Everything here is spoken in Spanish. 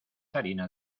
harina